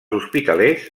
hospitalers